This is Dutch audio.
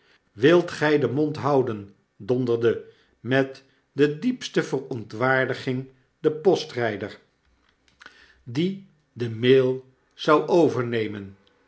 wilt gy den mond houden donderde met de diepste verontwaardiging de postryder die de maal zou overnemen